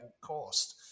cost